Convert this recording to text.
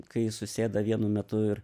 kai susėda vienu metu ir